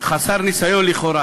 חסר ניסיון לכאורה,